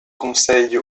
conseille